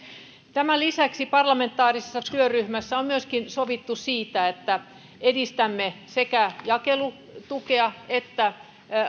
tämän lisäksi parlamentaarisessa työryhmässä on myöskin sovittu siitä että edistämme sekä jakelutukea että